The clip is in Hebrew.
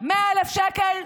100,000 שקל?